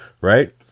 Right